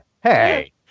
Hey